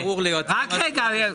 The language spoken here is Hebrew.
רגע,